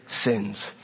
sins